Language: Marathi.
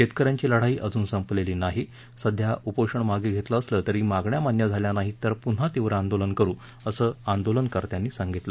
शेतक यांची लढाई अजून संपलेली नाही सध्या उपोषण मागे घेतलं असलं तरी मागण्या मान्य झाल्या नाहीत तर पुन्हा तीव्र आंदोलन करु असं आंदोलनकर्त्यांनी सांगितलं